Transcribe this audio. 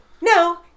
No